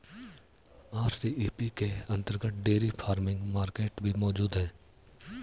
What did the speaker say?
RCEP के अंतर्गत dairy farming market भी मौजूद है